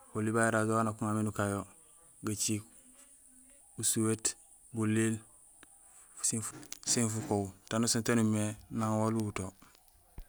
Oli babé é rasoir wa nak uŋa yo mé nukaan yo: gaciik usuhét, bulmiil, sin fukoow, taan nusaan taan umimé nang waal uwuto.